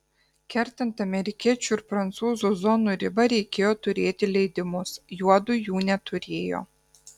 kertant amerikiečių ir prancūzų zonų ribą reikėjo turėti leidimus juodu jų neturėjo